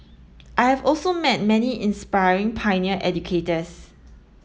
I have also met many inspiring pioneer educators